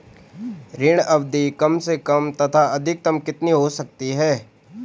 ऋण अवधि कम से कम तथा अधिकतम कितनी हो सकती है?